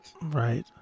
Right